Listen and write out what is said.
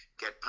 get